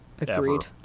agreed